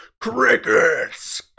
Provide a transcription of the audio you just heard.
crickets